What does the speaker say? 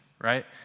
right